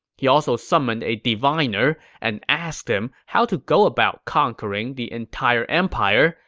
he also summoned a diviner and asked him how to go about conquering the entire empire,